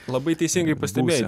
labai teisingai pastebėjo